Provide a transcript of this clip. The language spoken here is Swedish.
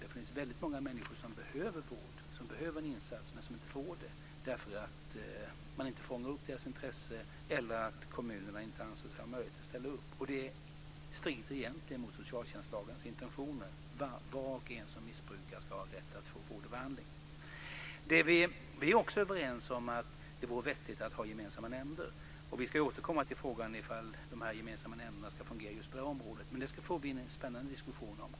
Det finns väldigt många människor som behöver vård eller annan insats men som inte får det därför att man inte fångar upp deras intresse eller därför att kommunen inte anser sig ha möjlighet att ställa upp. Det strider egentligen mot socialtjänstlagens intentioner. Var och en som missbrukar ska ha rätt att få vård och behandling. Vi är också överens om att det vore vettigt att ha gemensamma nämnder. Vi ska återkomma till frågan om de gemensamma nämnderna ska fungera på just det här området. Det får vi en spännande diskussion om.